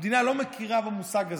המדינה לא מכירה במושג הזה.